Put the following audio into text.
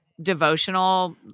devotional